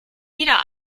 wieder